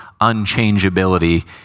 unchangeability